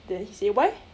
then he say why